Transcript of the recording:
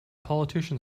politician